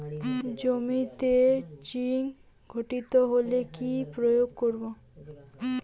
জমিতে জিঙ্কের ঘাটতি হলে কি প্রয়োগ করব?